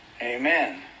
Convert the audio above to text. Amen